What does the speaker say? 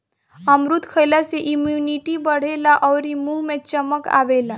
अमरूद खइला से इमुनिटी बढ़ेला अउरी मुंहे पे चमक आवेला